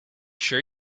sure